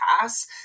pass